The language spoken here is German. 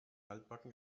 altbacken